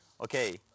okay